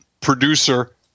producer